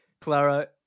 Clara